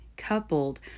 Coupled